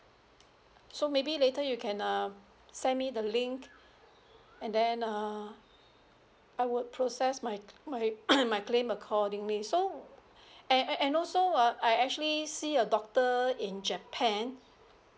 so maybe later you can uh send me the link and then err I will process my my my claim accordingly so and and and also uh I actually see a doctor in japan